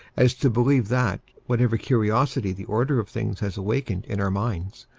as to believe that whatever curiosity the order of things has awakened in our minds,